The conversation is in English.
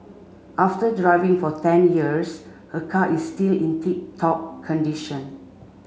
after driving for ten years her car is still in tip top condition